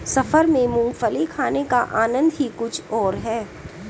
सफर में मूंगफली खाने का आनंद ही कुछ और है